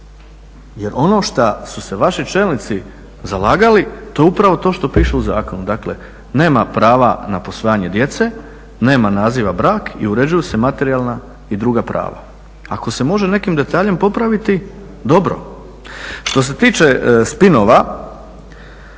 jer ono što su se vaši čelnici zalagali to je upravo to što piše u zakonu. Dakle nema prava na posvajanje djece, nema naziva brak i uređuju se materijalna i druga prava. Ako se može nekim detaljem popraviti, dobro. Što se tiče spinova,